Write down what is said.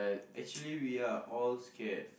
actually we are all scared